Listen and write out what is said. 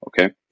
Okay